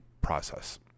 process